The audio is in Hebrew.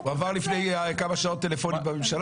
הוא עבר לפני כמה שעות טלפונית בממשלה?